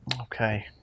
Okay